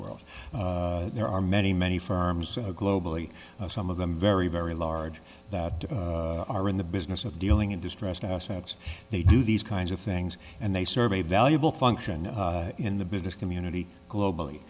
world there are many many firms globally some of them very very large that are in the business of dealing in distressed assets they do these kinds of things and they serve a valuable function in the business community globally